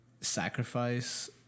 sacrifice